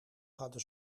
hadden